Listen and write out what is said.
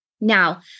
Now